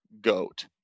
goat